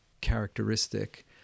characteristic